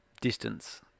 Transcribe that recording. distance